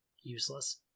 useless